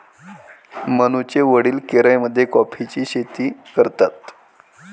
मनूचे वडील केरळमध्ये कॉफीची शेती करतात